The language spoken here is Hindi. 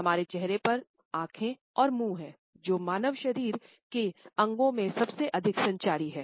हमारे चेहरे पर आँखें और मुंह हैं जो मानव शरीर के अंगों में सबसे अधिक संचारी हैं